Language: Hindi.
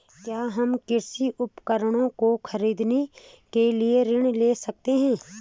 क्या हम कृषि उपकरणों को खरीदने के लिए ऋण ले सकते हैं?